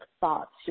thoughts